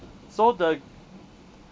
so the